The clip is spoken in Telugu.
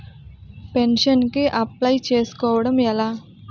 పెన్షన్ కి అప్లయ్ చేసుకోవడం ఎలా?